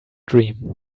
dream